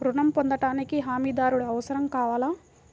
ఋణం పొందటానికి హమీదారుడు అవసరం కావాలా?